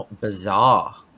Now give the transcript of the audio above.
bizarre